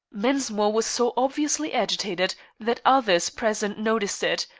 mensmore was so obviously agitated that others present noticed it,